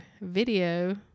video